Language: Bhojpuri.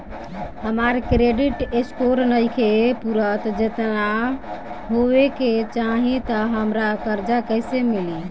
हमार क्रेडिट स्कोर नईखे पूरत जेतना होए के चाही त हमरा कर्जा कैसे मिली?